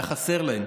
היה חסר להם,